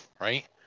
right